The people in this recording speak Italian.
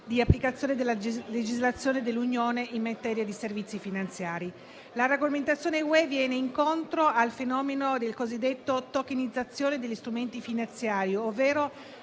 di applicazione della legislazione dell'Unione in materia di servizi finanziari. La regolamentazione UE va incontro al fenomeno della cosiddetta tokenizzazione degli strumenti finanziari, ovvero